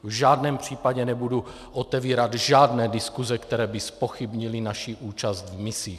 V žádném případě nebudu otevírat žádné diskuse, které by zpochybnily naši účast v misích.